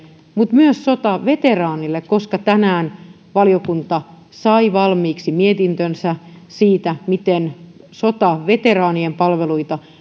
mutta myös sotaveteraanille koska tänään valiokunta sai valmiiksi mietintönsä siitä miten sotaveteraanien palveluita